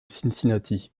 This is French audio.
cincinnati